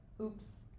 oops